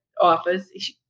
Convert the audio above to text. office